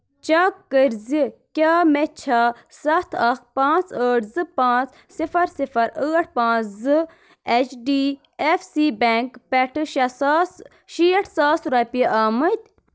check کٔر زِ کیٛاہ مےٚ چھا سَتھ اکھ پانٛژھ ٲٹھ زٕ پانٛژھ صِفر صِفر ٲٹھ پانٛژھ زٕ H D F C bank پٮ۪ٹھ شیٚے ساس شیٹھ ساس رۄپیہِ أمٕتی